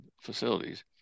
facilities